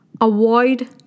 avoid